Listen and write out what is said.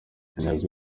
intego